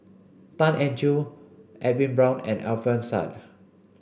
Tan Eng Joo Edwin Brown and Alfian Sa'at